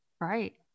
Right